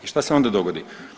I šta se onda dogodi?